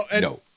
no